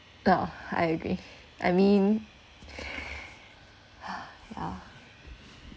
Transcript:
oh I agree I mean